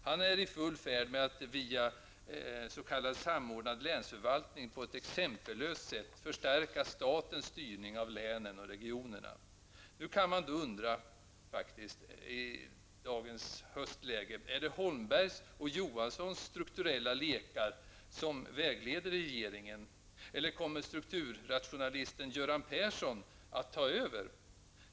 Han är i full färd med att via s.k. samordnad länsförvaltning på ett exempellöst sätt förstärka statens styrning av länen och regionerna. Nu kan man faktiskt i dagens höstläge undra: Är det Holmbergs och Johanssons strukturella lekar som vägleder regeringen, eller kommer strukturrationalisten Göran Persson att ta över?